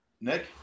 Nick